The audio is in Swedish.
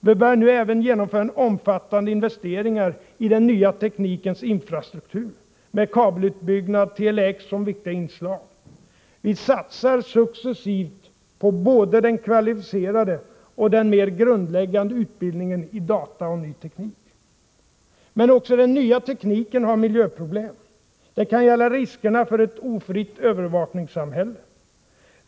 Vi börjar nu även genomföra omfattande investeringar i den nya teknikens ”infrastruktur”, med kabelutbyggnad och Tele-X som viktiga inslag. Vi satsar successivt på både den kvalificerade och den mer grundläggande utbildningen i data och ny teknik. Men också den nya tekniken har ”miljöproblem”. Det kan gälla riskerna för ett ofritt övervakningssamhälle.